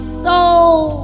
soul